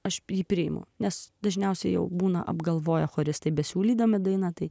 aš jį priimu nes dažniausiai jau būna apgalvoję choristai besiūlydami daina tai